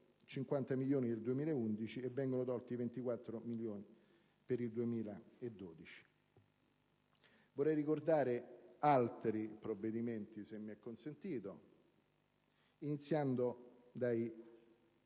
50 milioni nel 2011 e 24 milioni nel 2012. Vorrei ricordare altri provvedimenti, se mi è consentito, iniziando dai